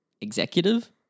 Executive